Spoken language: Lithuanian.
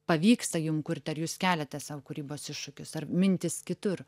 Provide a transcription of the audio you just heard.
pavyksta jum kurti ar jūs keliate sau kūrybos iššūkius ar mintys kitur